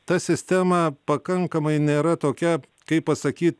ta sistema pakankamai nėra tokia kaip pasakyt